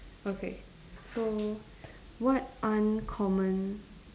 okay so what uncommon